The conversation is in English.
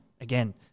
again